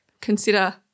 consider